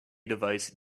device